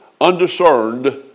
Undiscerned